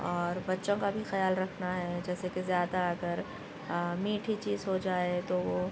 اور بچوں کا بھی خیال رکھنا ہے جیسے کہ زیادہ اگر میٹھی چیز ہو جائے تو وہ